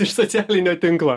iš socialinio tinklo